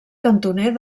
cantoner